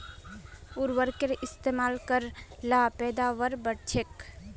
उर्वरकेर इस्तेमाल कर ल पैदावार बढ़छेक